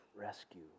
rescue